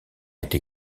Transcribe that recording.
été